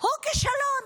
הוא כישלון.